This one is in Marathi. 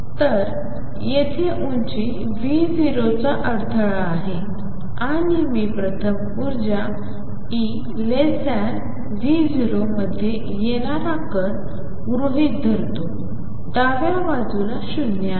तर येथे उंची V0 चा अडथळा आहे आणि मी प्रथम ऊर्जा EV0 मध्ये येणारा कण गृहीत धरतो डाव्या बाजूला 0 आहे